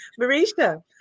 Marisha